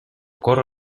corro